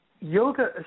yoga